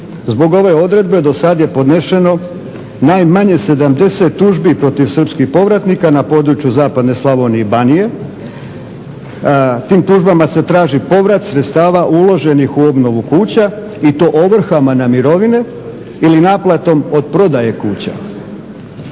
Zbog ove odredbe do sada je podneseno najmanje 70 tužbi protiv srpskih povratnika na području zapadne Slavonije i Banije. Tim tužbama se traži povrat sredstava uloženih u obnovu kuća i to ovrhama na mirovine ili naplatom od prodaje kuća.